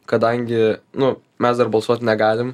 kadangi nu mes dar balsuot negalim